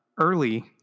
early